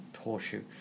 horseshoe